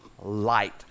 light